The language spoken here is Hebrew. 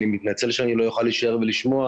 אני מתנצל שאני לא אוכל להישאר ולשמוע.